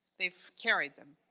they've carried them.